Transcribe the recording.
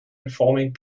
informing